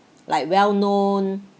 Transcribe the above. like well known